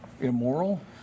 immoral